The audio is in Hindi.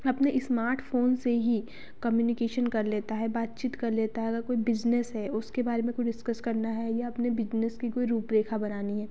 अपने इस्मार्ट फ़ोन से ही कम्यूनिकेशन कर लेता है बात चीत कर लेता है अगर कोई बिज़नेस है उसके बारे में कुछ डिस्कस करना है या अपने बिजनेस की कोई रूप रेखा बनानी है